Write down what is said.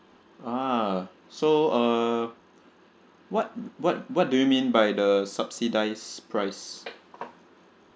ah so uh what what what do you mean by the subsidised price